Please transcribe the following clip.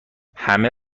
همه